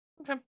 Okay